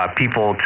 people